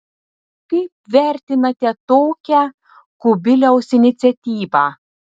kaip vertinate tokią kubiliaus iniciatyvą